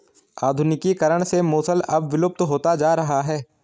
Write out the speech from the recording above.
आधुनिकीकरण से मूसल अब विलुप्त होता जा रहा है